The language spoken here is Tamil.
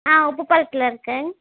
ஆ உப்புபாலயத்தில் இருக்கேன்